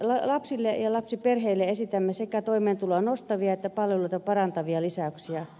lapsille ja lapsiperheille esitämme sekä toimeentuloa nostavia että palveluita parantavia lisäyksiä